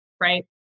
right